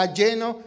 lleno